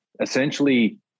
essentially